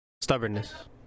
Stubbornness